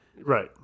right